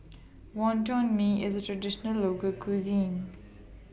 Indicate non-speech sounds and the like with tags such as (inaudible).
(noise) Wonton Mee IS A Traditional Local Cuisine